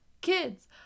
kids